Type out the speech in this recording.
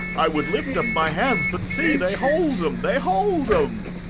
i would lift up my hands but see, they hold em, they hold em?